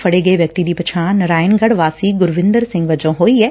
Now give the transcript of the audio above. ਫੜੇ ਗਏ ਵਿਅਕਤੀ ਦੀ ਪਛਾਣ ਨਰਾਇਣਗੜ ਵਾਸੀ ਗੁਰਵਿੰਦਰ ਸਿੰਘ ਵਜੋਂ ਹੋਈ ਏ